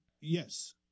Yes